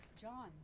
John